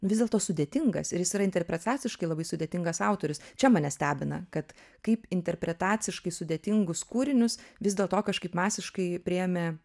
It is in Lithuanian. nu vis dėlto sudėtingas ir jis yra interpretaciškai tai labai sudėtingas autorius čia mane stebina kad kaip interpretaciškai sudėtingus kūrinius vis dėlto kažkaip masiškai priėmė